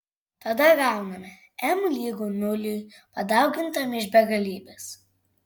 tada gauname m lygu nuliui padaugintam iš begalybės